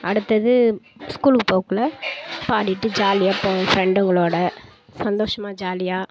அடுத்தது ஸ்கூலுக்கு போகக்குள்ளே பாடிகிட்டு ஜாலியாக போவோம் ஃபிரெண்டுங்களோடு சந்தோஷமாக ஜாலியாக